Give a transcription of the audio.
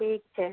ठीक छै